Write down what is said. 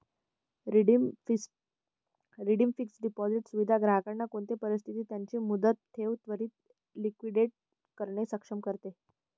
redeemed fixed deposit सुविधा ग्राहकांना कोणते परिस्थितीत त्यांची मुदत ठेव त्वरीत लिक्विडेट करणे सक्षम करते